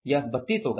यह 32 होगा